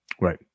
Right